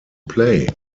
play